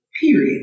period